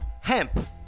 Hemp